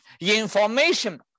Information